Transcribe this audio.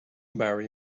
marry